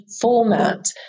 format